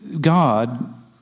God